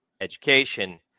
education